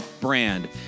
brand